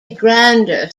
grander